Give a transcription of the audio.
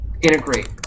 Integrate